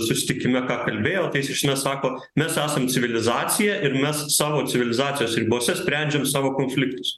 susitikime ką kalbėjo tai iš esmės sako mes esam civilizacija ir mes savo civilizacijos ribose sprendžiam savo konfliktus